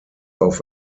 auf